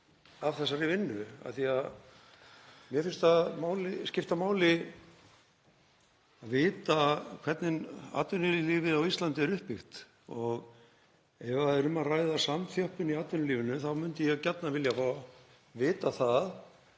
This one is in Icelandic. af þessari vinnu af því að mér finnst það skipta máli að vita hvernig atvinnulífið á Íslandi er uppbyggt. Ef um er að ræða samþjöppun í atvinnulífinu þá myndi ég gjarnan vilja fá að vita það